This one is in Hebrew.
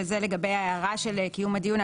וזה לגבי ההערה של קיום הדיון,